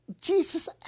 Jesus